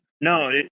no